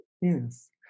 yes